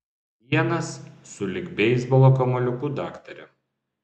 vienas sulig beisbolo kamuoliuku daktare